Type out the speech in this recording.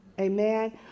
Amen